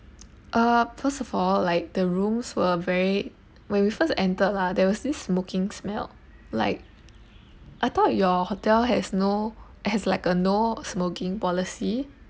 uh first of all like the rooms were very when we first entered lah there was this smoking smell like I thought your hotel has no has like a no smoking policy